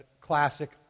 classic